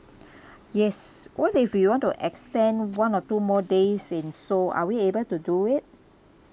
yes what if we want to extend one or two more days in seoul are we able to do it